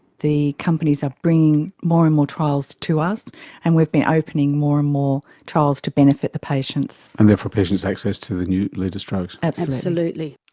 the companies are bringing more and more trials to us and we've been opening more and more trials to benefit the patients. and therefore patients' access to the latest drugs. absolutely.